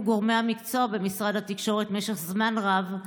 גורמי המקצוע במשרד התקשורת משך זמן רב,